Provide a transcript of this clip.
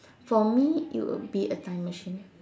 for me it would be a time machine